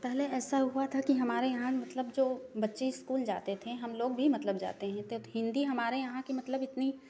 पहले ऐसा हुआ था कि हमारे यहाँ मतलब जो बच्चे स्कूल जाते थे हम लोग भी मतलब जाते हैं तब हिंदी हमारे यहाँ की मतलब इतनी